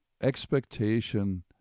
expectation